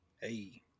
Hey